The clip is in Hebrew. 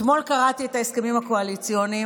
אתמול קראתי את ההסכמים הקואליציוניים,